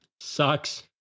sucks